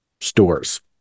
stores